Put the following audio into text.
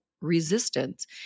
resistance